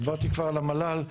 דיברתי כבר על המל"ל.